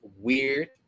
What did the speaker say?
weird